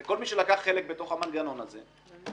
הרי כל מי שלקח חלק בתוך המנגנון הזה צריך